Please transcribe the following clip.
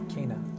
Kena